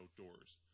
outdoors